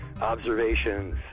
observations